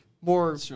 more